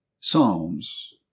Psalms